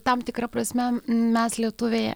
tam tikra prasme mes lietuviai